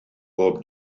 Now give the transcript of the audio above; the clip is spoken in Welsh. pob